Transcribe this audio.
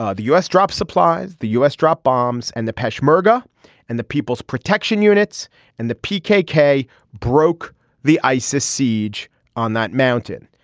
ah the u s. dropped supplies the u s. dropped bombs and the pesh merga and the people's protection units and the p k. kay broke the isis siege on that mountain.